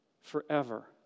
forever